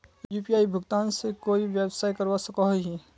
UPI भुगतान से कोई व्यवसाय करवा सकोहो ही?